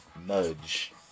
nudge